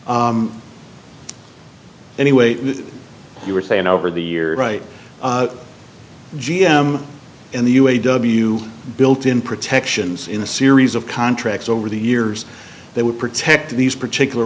anyway you were saying over the years right g m in the u a w built in protections in a series of contracts over the years they would protect these particular